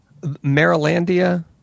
Marylandia